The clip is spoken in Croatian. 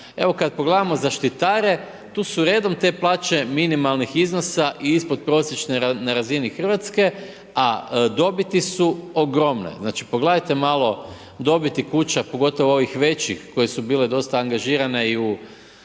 Evo kada pogledamo zaštitare, tu su redom te plaće minimalnih iznosa i ispod prosječne na razini Hrvatske, a dobiti su ogromne. Znači pogledajte malo dobiti kuća, pogotovo ovih većih, koje su bile dosta angažirane i u